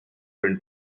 print